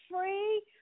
free